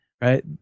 right